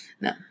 No